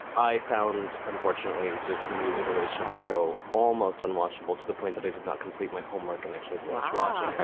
i found, unfortunately, this new iteration of the show almost unwatchable to the point that i did not complete my homework and actually flash raunchy,